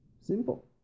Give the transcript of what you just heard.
Simple